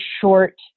short